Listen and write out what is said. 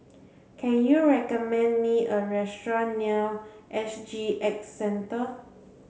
can you recommend me a restaurant near S G X Centre